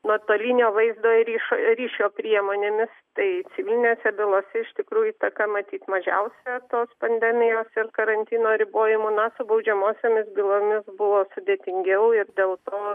nuotolinio vaizdo ir ry ryšio priemonėmis tai civilinėse bylose iš tikrųjų įtaka matyt mažiausia tos pandemijos ir karantino ribojimų na su baudžiamosiomis bylomis buvo sudėtingiau ir dėl to